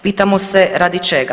Pitamo se radi čega?